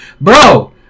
Bro